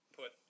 put